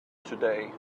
today